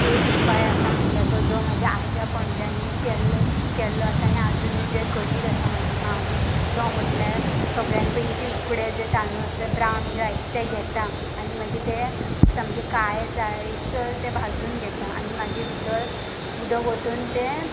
एक उपाय आसा म्हटल्यार तो जो म्हाज्या आजा पणजांनी केल्लो केल्लो आसा आनी आजुनूय जे करीत आसा म्हाजी मां बी तो म्हटल्यार सगळ्यान पयली ती उकडे जे तांदूळ आसता ब्रावन रायस ते घेता आनी मागीर ते सामके काळे जायसर ते भाजून घेता आनी मागीर भितर उदक ओतून तें